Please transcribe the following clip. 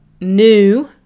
new